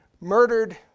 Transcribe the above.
murdered